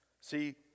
See